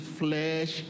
flesh